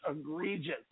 egregious